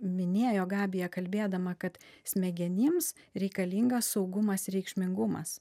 minėjo gabija kalbėdama kad smegenims reikalingas saugumas ir reikšmingumas